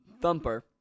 Thumper